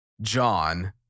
John